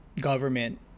government